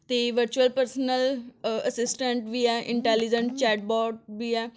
ਅਤੇ virtual personal assistant ਵੀ ਹੈ ਇੰਟੈਲੀਜੈਂਟ ਚੈਟਬੋਡ ਵੀ ਹੈ